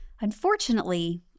Unfortunately